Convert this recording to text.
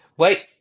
Wait